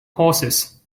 horses